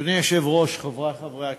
אדוני היושב-ראש, חברי חברי הכנסת,